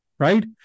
Right